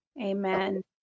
Amen